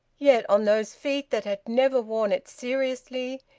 yet on those feet that had never worn it seriously,